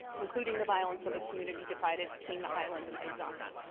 including the violence of a community divided between the island and exile.